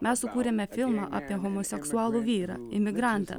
mes sukūrėme filmą apie homoseksualų vyrą imigrantą